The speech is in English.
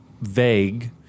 vague